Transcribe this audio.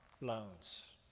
loans